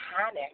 panic